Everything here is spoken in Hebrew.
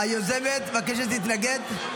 היוזמת מבקשת להתנגד.